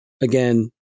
again